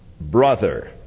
brother